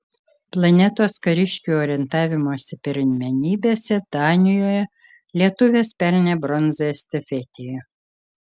planetos kariškių orientavimosi pirmenybėse danijoje lietuvės pelnė bronzą estafetėje